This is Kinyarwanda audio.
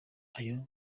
ayo